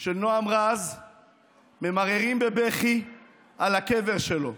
של נועם רז ממררים בבכי על הקבר שלו?